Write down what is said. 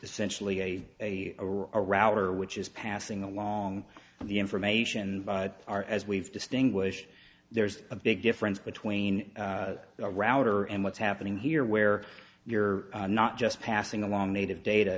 essentially a a a router which is passing along the information but are as we've distinguished there's a big difference between a router and what's happening here where you're not just passing along native data